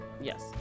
Yes